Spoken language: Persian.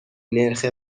نرخ